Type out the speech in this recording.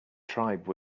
tribe